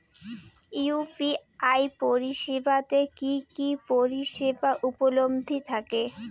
UPI পরিষেবা তে কি কি পরিষেবা উপলব্ধি থাকে?